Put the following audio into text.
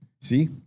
See